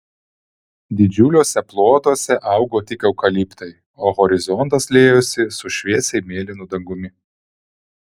didžiuliuose plotuose augo tik eukaliptai o horizontas liejosi su šviesiai mėlynu dangumi